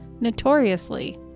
notoriously